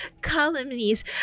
calumnies